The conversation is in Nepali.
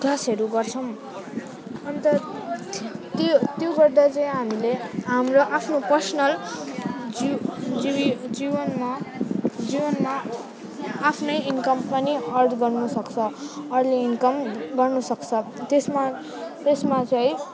क्लासहरू गर्छौँ अनि त त्यो त्यो गर्दा चाहिँ हामीले हाम्रो आफ्नो पर्सनल जीव जीव जीवनमा जीवनमा आफ्नै इन्कम पनि अर्न गर्न सक्छ अर्ली इन्कम गर्नु सक्छ त्यसमा त्यसमा चाहिँ